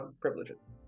privileges